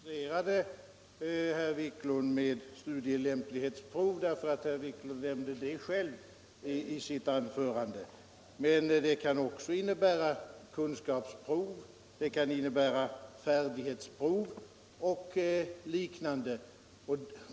Herr talman! Antagningsprov är ett samlingsbegrepp. Jag illustrerade med studielämplighetsprov därför att herr Wiklund själv nämnde dem i sitt anförande. Men de kan också vara kunskapsprov, färdighetsprov och liknande.